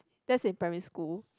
that's in primary school